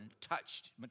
touched